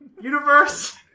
universe